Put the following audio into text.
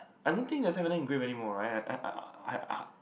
I don't think they sell fanta grape anymore right I